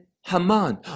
Haman